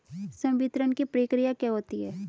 संवितरण की प्रक्रिया क्या होती है?